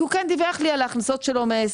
כי הוא כן דיווח לי על ההכנסות שלו מהעסק,